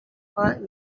part